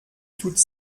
toutes